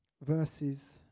verses